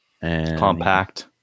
Compact